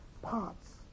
parts